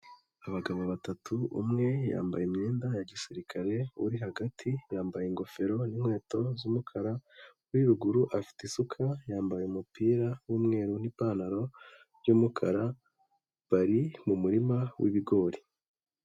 Abagabo batatu, umwe yambaye imyenda ya gisirikare, uri hagati yambaye ingofero n'inkweto z'umukara, uri ruguru afite isuka, yambaye umupira w'umweru n'ipantaro by'umukara, bari mu murima w'ibigori.